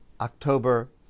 October